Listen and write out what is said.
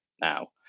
now